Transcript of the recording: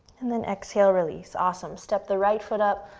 and then exhale, release. awesome. step the right foot up,